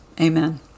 Amen